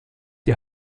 die